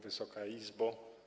Wysoka Izbo!